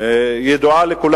ידועה לכולם.